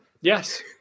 Yes